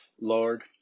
Lord